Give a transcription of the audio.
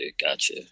gotcha